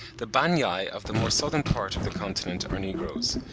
the banyai of the more southern part of the continent are negroes,